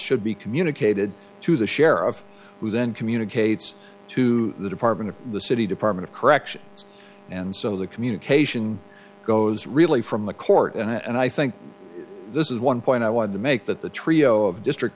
should be communicated to the sheriff who then communicates to the department of the city department of corrections and so the communication goes really from the court and i think this is one point i wanted to make that the trio of district